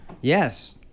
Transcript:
Yes